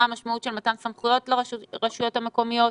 מה המשמעות של מתן סמכויות לרשויות המקומיות,